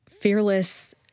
fearless